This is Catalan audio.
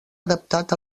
adaptat